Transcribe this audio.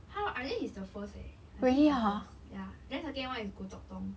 how I think he's the first eh I think he's the first ya then second [one] is goh chok tong